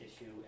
issue